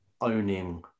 owning